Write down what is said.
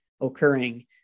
occurring